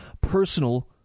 personal